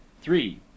three